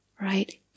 right